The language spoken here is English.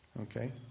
Okay